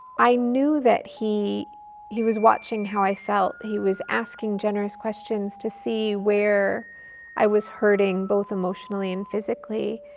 i knew that he he was watching how i felt, he was asking generous questions to see where i was hurting, both emotionally and physically.